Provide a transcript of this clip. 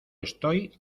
estoy